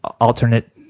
alternate